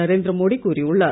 நரேந்திர மோடி கூறியுள்ளார்